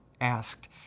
asked